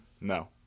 No